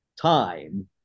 time